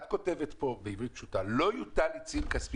את כותבת פה בעברית פשוטה לא יוטל עיצום כספי